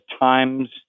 times